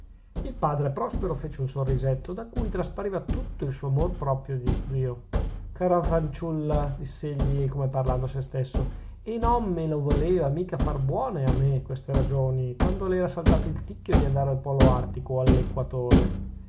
il padre prospero fece un sorrisetto da cui traspariva tutto il suo amor proprio di zio cara fanciulla diss'egli come parlando a sè stesso e non me le voleva mica far buone a me queste ragioni quando le era saltato il ticchio di andare al polo artico o all'equatore